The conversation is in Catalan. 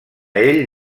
ell